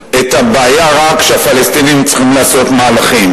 את הבעיה, רק שהפלסטינים צריכים לעשות מהלכים.